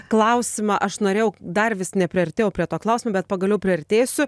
klausimą aš norėjau dar vis nepriartėjau prie to klausimo bet pagaliau priartėsiu